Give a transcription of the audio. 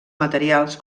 materials